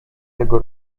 tego